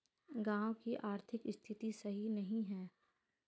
गाँव की आर्थिक स्थिति सही नहीं है?